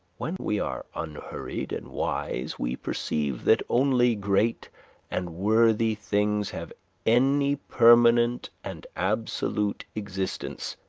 when we are unhurried and wise, we perceive that only great and worthy things have any permanent and absolute existence,